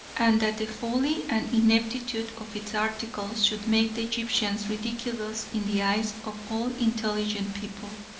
and that the folly and ineptitude of its articles should make the egyptians ridiculous in the eyes of all intelligent people.